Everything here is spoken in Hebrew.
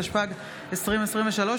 התשפ"ג 2023,